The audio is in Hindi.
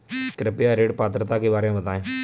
कृपया ऋण पात्रता के बारे में बताएँ?